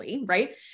right